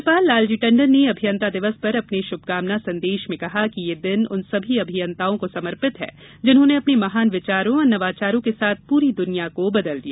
राज्यपाल लालजी टंडन ने अभियंता दिवस पर अपने शुभकामना संदेश में कहा कि यह दिन उन सभी अभियंताओं को समर्पित है जिन्होंने अपने महान विचारों और नवाचारों के साथ पूरी दुनिया को बदल दिया